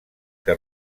que